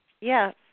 Yes